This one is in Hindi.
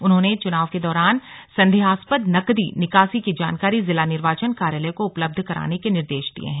उन्होंने चुनाव के दौरान संदेहास्पद नकदी निकासी की जानकारी जिला निर्वाचन कार्यालय को उपलब्ध कराने के निर्देश दिये हैं